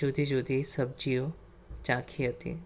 જુદી જુદી સબ્જીઓ ચાખી હતી